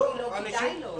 לא כדאי לו.